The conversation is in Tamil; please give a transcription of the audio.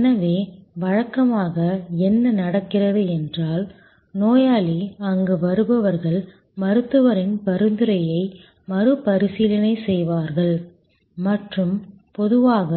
எனவே வழக்கமாக என்ன நடக்கிறது என்றால் நோயாளி அங்கு வருபவர்கள் மருத்துவரின் பரிந்துரையை மறுபரிசீலனை செய்வார்கள் மற்றும் பொதுவாக